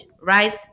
right